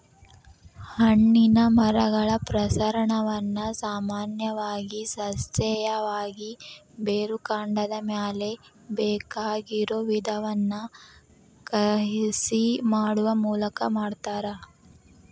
ಹಣ್ಣಿನ ಮರಗಳ ಪ್ರಸರಣವನ್ನ ಸಾಮಾನ್ಯವಾಗಿ ಸಸ್ಯೇಯವಾಗಿ, ಬೇರುಕಾಂಡದ ಮ್ಯಾಲೆ ಬೇಕಾಗಿರೋ ವಿಧವನ್ನ ಕಸಿ ಮಾಡುವ ಮೂಲಕ ಮಾಡ್ತಾರ